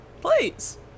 please